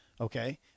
okay